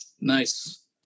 Nice